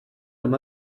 com